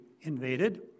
invaded